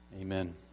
Amen